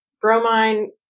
bromine